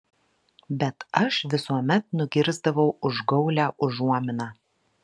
bet aš visuomet nugirsdavau užgaulią užuominą